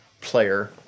player